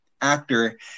actor